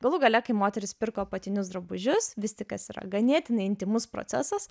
galų gale kai moteris pirko apatinius drabužius vis tik kas yra ganėtinai intymus procesas